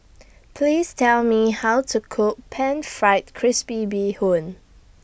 Please Tell Me How to Cook Pan Fried Crispy Bee Hoon